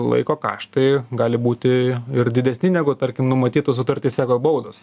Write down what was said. laiko karštai gali būti ir didesni negu tarkim numatytos sutartyse baudos